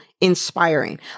inspiring